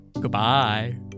Goodbye